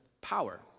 power